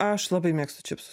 aš labai mėgstu čipsus